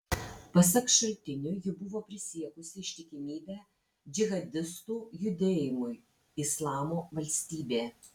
pasak šaltinių ji buvo prisiekusi ištikimybę džihadistų judėjimui islamo valstybė